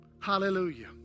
Hallelujah